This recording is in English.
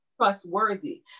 trustworthy